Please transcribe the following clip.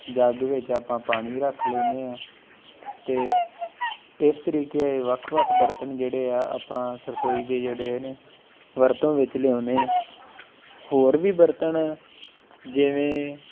ਜੱਗ ਵਿੱਚ ਆਪਾਂ ਪਾਣੀ ਰੱਖ ਲੈਂਦੇ ਹਾਂ ਅਤੇ ਇਸ ਤਰੀਕੇ ਵੱਖ ਵੱਖ ਬਰਤਨ ਜਿਹੜੇ ਆ ਆਪਾਂ ਰਸੋਈ ਦੇ ਜਿਹੜੇ ਹੈ ਨੇ ਵਰਤੋਂ ਵਿੱਚ ਲਿਆਉਂਦੇ ਹਾਂ ਹੋਰ ਵੀ ਬਰਤਨ ਜਿਵੇਂ